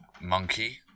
monkey